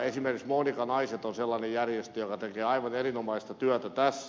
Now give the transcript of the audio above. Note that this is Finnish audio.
esimerkiksi monika naiset on sellainen järjestö joka tekee aivan erinomaista työtä tässä